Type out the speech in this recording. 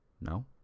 no